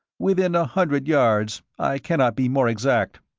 within a hundred yards. i cannot be more exact.